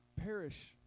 perish